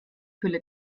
fülle